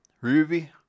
Ruby